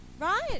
right